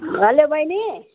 hello बहिनी